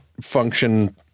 function